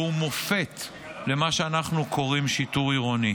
והוא מופת למה שאנחנו קוראים "שיטור עירוני".